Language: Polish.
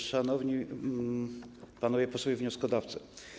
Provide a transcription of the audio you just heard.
Szanowni Panowie Posłowie Wnioskodawcy!